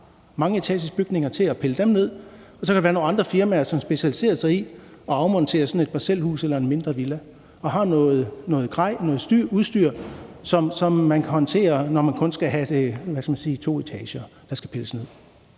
mangeetagersbygninger, ned. Så kan der være nogle andre firmaer, som specialiserer sig i at afmontere et parcelhus eller en mindre villa, og som har noget udstyr, som kan håndtere det, når man kun skal have pillet to etager ned.